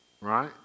right